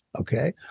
okay